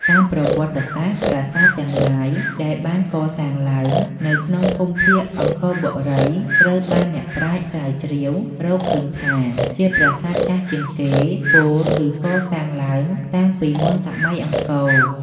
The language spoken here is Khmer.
តាមប្រវត្តិសាស្ត្រ ប្រាសាទទាំងឡាយដែលបានកសាងឡើងនៅក្នុងភូមិភាគអង្គរបូរី ត្រូវបានអ្នកប្រាជ្ញស្រាវជ្រាវរកឃើញថាជាប្រាសាទចាស់ជាងគេ ពោលគឺកសាងឡើងតាំងពីមុនសម័យអង្គរ។